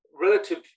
relative